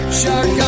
shark